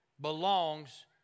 belongs